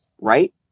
right